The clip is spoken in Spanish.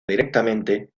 directamente